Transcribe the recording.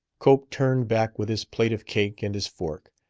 cope turned back with his plate of cake and his fork.